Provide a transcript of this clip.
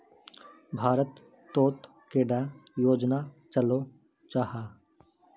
भारत तोत कैडा योजना चलो जाहा?